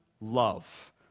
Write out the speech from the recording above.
love